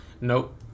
Nope